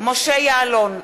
משה יעלון,